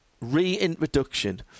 reintroduction